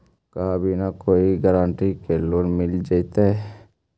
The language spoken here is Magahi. का बिना कोई गारंटी के लोन मिल जीईतै?